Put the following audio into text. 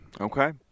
Okay